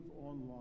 online